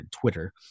Twitter